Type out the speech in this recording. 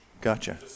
Gotcha